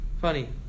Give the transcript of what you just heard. funny